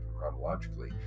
chronologically